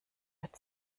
wird